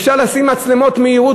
אפשר לשים מצלמות מהירות,